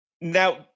Now